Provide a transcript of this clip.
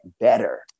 better